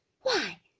Why